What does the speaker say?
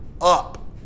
up